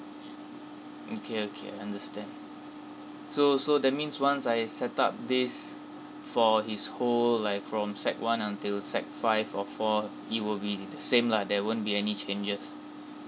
okay okay understand so so that means once I set up this for his whole life from sec one until sec five or four it will be the same lah there won't be any changes